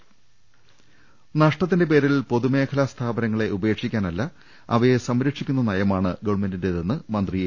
രുട്ട്ട്ട്ട്ട്ട്ട്ട്ട നഷ്ടത്തിന്റെ പേരിൽ പൊതുമേഖലാ സ്ഥാപനങ്ങളെ ഉപേക്ഷിക്കാനല്ല അവയെ സംരക്ഷിക്കുന്ന നയമാണ് ഗവൺമെന്റിന്റേതെന്ന് മന്ത്രി എ